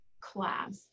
class